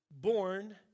born